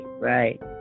Right